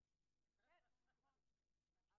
הרווחה והבריאות): אז יש לי עתיד ...